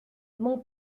mon